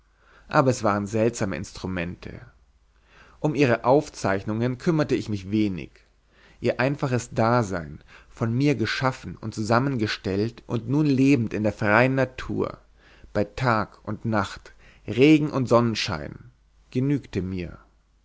aber es waren seltsame instrumente um ihre aufzeichnungen kümmerte ich mich wenig ihr einfaches dasein von mir geschaffen und zusammengestellt und nun lebend in der freien natur bei tag und nacht regen und sonnenschein genügte mir